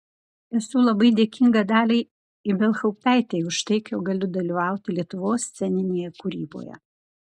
esu labai dėkinga daliai ibelhauptaitei už tai jog galiu sudalyvauti lietuvos sceninėje kūryboje